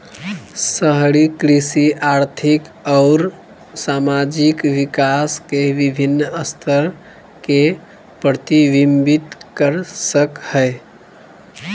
शहरी कृषि आर्थिक अउर सामाजिक विकास के विविन्न स्तर के प्रतिविंबित कर सक हई